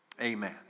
Amen